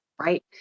right